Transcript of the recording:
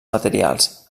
materials